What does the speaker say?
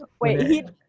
wait